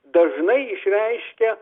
dažnai išreiškia